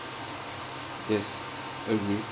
yes agree